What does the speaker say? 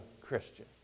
Christian